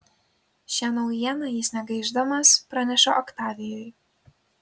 šią naujieną jis negaišdamas praneša oktavijui